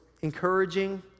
encouraging